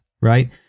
right